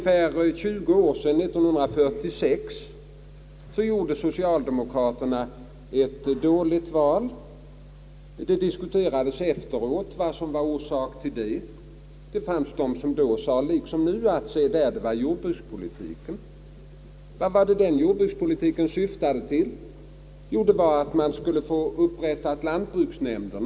För 20 år sedan, 1946, gjorde socialdemokraterna ett dåligt val. Det diskuterades efteråt vad som var orsaken till det. Det fanns de som då sade liksom nu: Se där, det var jordbrukspolitiken! Vad var det den jordbrukspolitiken som då presenterats syftade till? Jo, att man skulle upprätta lantbruksnämnder.